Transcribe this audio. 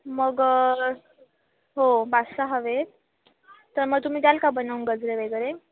मग हो पाच सहा हवे तर मग तुम्ही द्याल का बनवून गजरे वगैरे